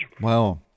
Wow